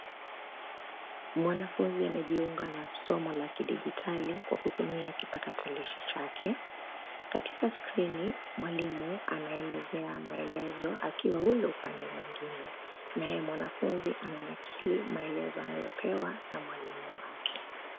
Mwanafunzi amejiunga na somo la kidigitali kwa kutumia kipakatalishi chake. Katika skrini, mwalimu anaelezea maelezo akiwa ule upande mwingine naye mwanafunzi ananakili maelezo anayopewa na mwalimu wake.